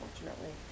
unfortunately